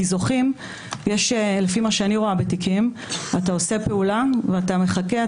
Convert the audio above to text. כי לפי מה שאני רואה בתיקים אתה עושה פעולה ואתה מחכה,